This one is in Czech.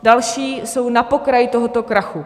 Další jsou na pokraji tohoto krachu.